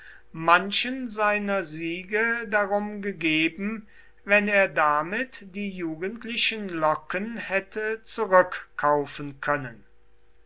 manchen seiner siege darum gegeben wenn er damit die jugendlichen locken hätte zurückkaufen können